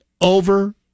over